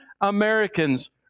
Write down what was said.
Americans